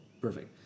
Perfect